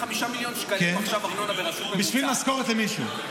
ב-5 מיליון שקלים ארנונה -- בשביל משכורת למישהו.